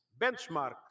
benchmarks